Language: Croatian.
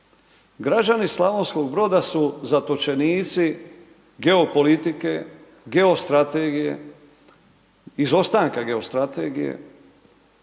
Građani Slavonskog Broda, su zatočenici geopolitike, geostrategije, izostanka geostrategije,